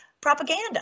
propaganda